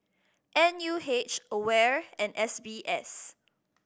N U H AWARE and S B S